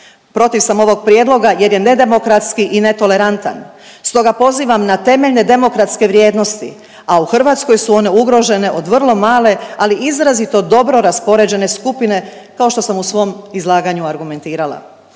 Protiv sam ovog prijedloga jer je nedemokratski i netolerantan stoga pozivam na temeljne demokratske vrijednosti a u Hrvatskoj su one ugrožene od vrlo male, ali izrazito dobro raspoređene skupine kao što sam u svom izlaganju argumentirala.